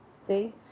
See